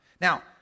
Now